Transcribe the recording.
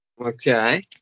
Okay